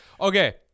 Okay